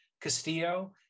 Castillo